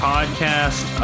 Podcast